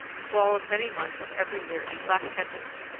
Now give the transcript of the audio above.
swallowed many months of every year in black tempests,